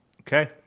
okay